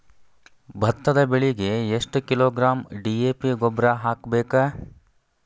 ಭತ್ತದ ಬೆಳಿಗೆ ಎಷ್ಟ ಕಿಲೋಗ್ರಾಂ ಡಿ.ಎ.ಪಿ ಗೊಬ್ಬರ ಹಾಕ್ಬೇಕ?